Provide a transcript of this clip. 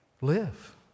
live